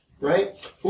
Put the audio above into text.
right